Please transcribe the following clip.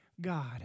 God